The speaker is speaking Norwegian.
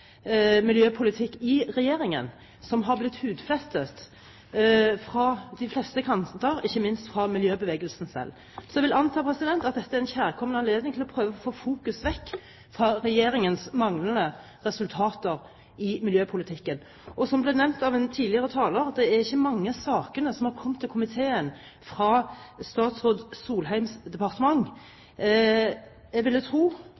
miljøpolitikk i regjeringen, som er blitt hudflettet fra de fleste kanter, ikke minst av miljøbevegelsen selv. Jeg vil anta at dette er en kjærkommen anledning til å prøve å få fokus vekk fra regjeringens manglende resultater i miljøpolitikken. Som nevnt av en tidligere taler, er det ikke mange saker som har kommet til komiteen fra statsråd Solheims departement. Jeg